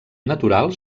natural